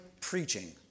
preaching